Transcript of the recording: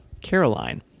Caroline